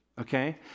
Okay